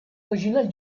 originale